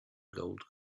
gold